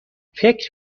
فکر